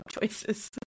choices